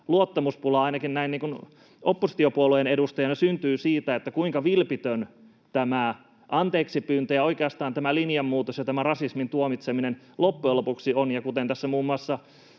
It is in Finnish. luottamuspula ainakin näin oppositiopuolueen edustajalla syntyy siitä, kuinka vilpitön tämä anteeksipyyntö ja oikeastaan tämä linjanmuutos ja tämä rasismin tuomitseminen loppujen lopuksi on. Ja kuten tässä muun muassa